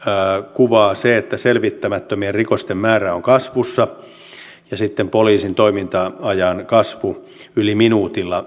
kuvaa se että selvittämättömien rikosten määrä on kasvussa ja se sekä poliisin toiminta ajan kasvu yli minuutilla